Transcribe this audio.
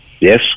Yes